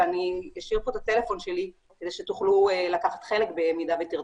ואני אשאיר כאן את הטלפון שלי כדי שתוכלו לקחת חלק במידה ותרצו.